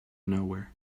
nowhere